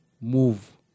move